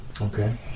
Okay